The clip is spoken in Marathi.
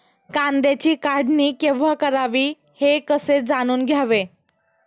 कांद्याची काढणी केव्हा करावी हे कसे जाणून घ्यावे?